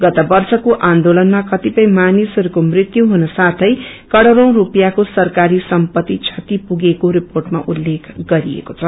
गत वर्षको आन्दोलनमा कतिपय मानिसहरूको मृत्यु हुन साथै करोड़ी स्पियाँको सरकारी सम्पक्ति क्षति पुगेको रिर्पेटमा उल्लेख गरिएको छ